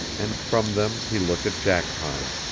and from them he looked at jackpine.